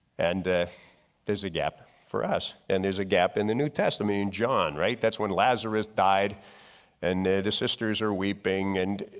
and there's a gap for us. and there's a gap in the new testament in john. that's when lazarus died and the sisters are weeping and